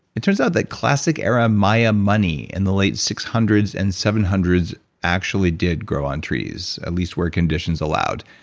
it turns out that classic era maya money in the late six hundred s and seven hundred s actually did grow on trees, at least where conditions allowed.